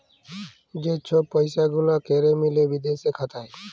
যে ছব পইসা গুলা ক্যরে মিলে বিদেশে খাতায়